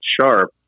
sharp